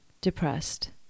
depressed